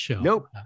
nope